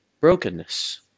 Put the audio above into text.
brokenness